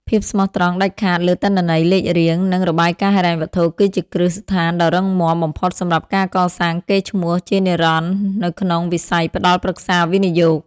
ភាពស្មោះត្រង់ដាច់ខាតលើទិន្នន័យលេខរៀង និងរបាយការណ៍ហិរញ្ញវត្ថុ គឺជាគ្រឹះស្ថានដ៏រឹងមាំបំផុតសម្រាប់ការកសាងកេរ្តិ៍ឈ្មោះជានិរន្តរ៍នៅក្នុងវិស័យផ្ដល់ប្រឹក្សាវិនិយោគ។